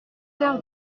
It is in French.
heures